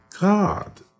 God